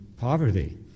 poverty